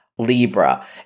Libra